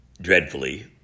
dreadfully